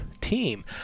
team